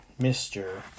Mr